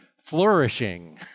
flourishing